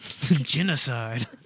genocide